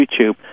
YouTube